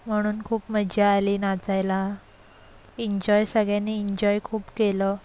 म्हणून खूप मज्जा आली नाचायला इंजॉय सगळ्यांनी इंजॉय खूप केलं